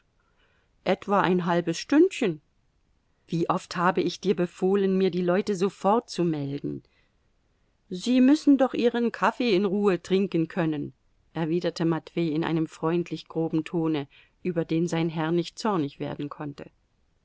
etwa ein halbes stündchen wie oft habe ich dir befohlen mir die leute sofort zu melden sie müssen doch ihren kaffee in ruhe trinken können erwiderte matwei in einem freundlich groben tone über den sein herr nicht zornig werden konnte